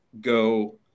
go